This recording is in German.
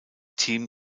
team